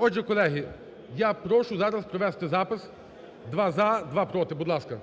Отже, колеги, я прошу зараз провести запис: два – за, два – проти, будь ласка.